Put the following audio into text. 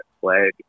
play